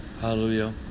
Hallelujah